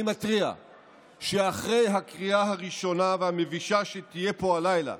אני מתריע שאחרי הקריאה הראשונה והמבישה שתהיה פה הלילה,